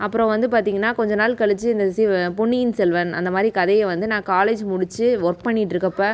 அப்புறம் வந்து பார்த்திங்கன்னா கொஞ்ச நாள் கழித்து இந்த பொன்னியின் செல்வன் அந்தமாதிரி கதையை வந்து நான் காலேஜ் முடித்து ஒர்க் பண்ணிகிட்டு இருக்கப்ப